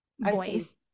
voice